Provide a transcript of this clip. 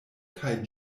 kaj